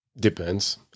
Depends